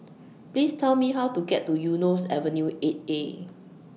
Please Tell Me How to get to Eunos Avenue eight A